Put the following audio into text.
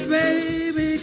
baby